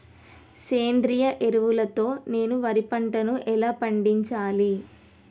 సేంద్రీయ ఎరువుల తో నేను వరి పంటను ఎలా పండించాలి?